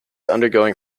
undergoing